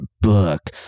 book